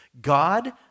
God